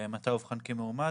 מתי הוא אובחן כמאומת.